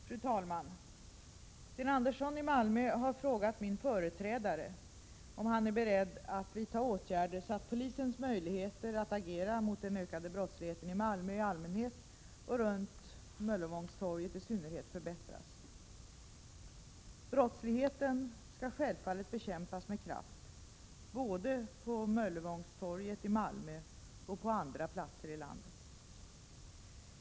Fru talman! Sten Andersson i Malmö har frågat min företrädare om han är beredd att vidta åtgärder så att polisens möjligheter att agera mot den ökade brottsligheten i Malmö i allmänhet och runt Möllevångstorget i synnerhet förbättras. Brottsligheten skall självfallet bekämpas med kraft både på Möllevångstorget i Malmö och på andra platser i landet.